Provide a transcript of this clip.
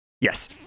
yes